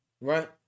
right